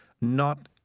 Not